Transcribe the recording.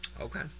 Okay